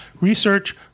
research